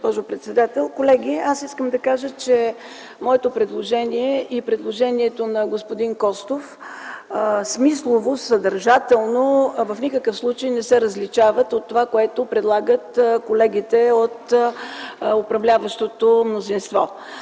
Колеги, искам да кажа, че моето предложение и предложението на господин Костов смислово, съдържателно в никакъв случай не се различава от това, което предлагат колегите от управляващото мнозинство.